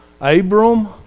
Abram